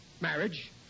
marriage